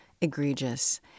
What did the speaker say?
egregious